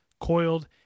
Coiled